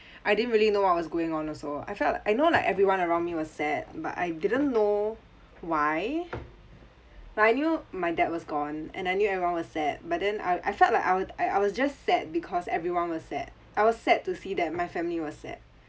I didn't really know what was going on also I felt I know like everyone around me was sad but I didn't know why but I knew my dad was gone and I knew everyone was sad but then I I felt like I wa~ I was just sad because everyone was sad I was sad to see that my family was sad